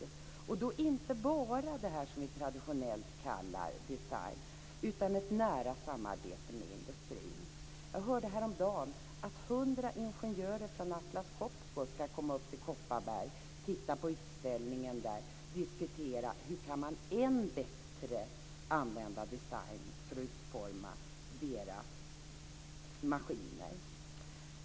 Det handlar inte bara om det som vi traditionellt kallar design utan om ett nära samarbete med industrin. Jag hörde häromdagen att 100 ingenjörer från Atlas Copco ska komma upp till Kopparberg och titta på utställningen där och diskutera hur man än bättre kan använda design för att utforma deras maskiner.